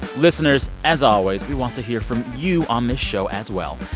listeners, as always, we want to hear from you on this show as well.